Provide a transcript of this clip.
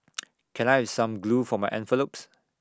can I some glue for my envelopes